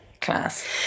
class